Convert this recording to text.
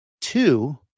two